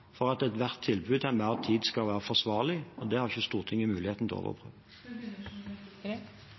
for at ethvert tilbud til enhver tid skal være forsvarlig. Det har ikke Stortinget mulighet til å